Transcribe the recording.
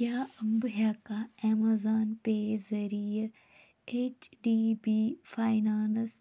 کیٛاہ بہٕ ہیٚکا اَیمیزان پے ذٔریعہِ ایٚچ ڈی بی فاینانٛس